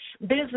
business